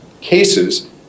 cases